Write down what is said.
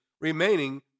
remaining